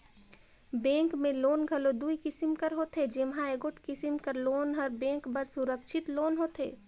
bank में loan घलो दुई किसिम कर होथे जेम्हां एगोट किसिम कर लोन हर बेंक बर सुरक्छित लोन होथे